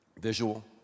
visual